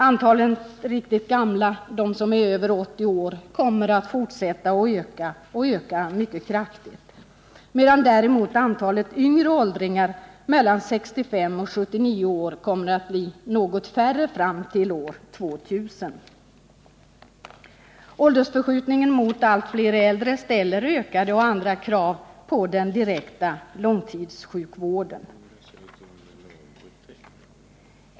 Antalet riktigt gamla — de som är över 80 år — kommer att fortsätta öka, och öka mycket kraftigt, medan däremot antalet yngre åldringar — mellan 65 och 79 år — kommer att bli något färre fram till år 2000. Åldersförskjutningen mot allt fler äldre ställer ökade och andra krav på den direkta långtidssjukvården.